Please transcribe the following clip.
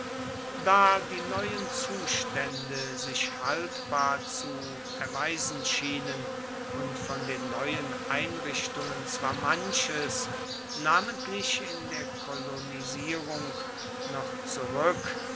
da die neuen zustände sich haltbar zu erweisen schienen und von den neuen einrichtungen zwar manches namentlich in der kolonisierung noch zurück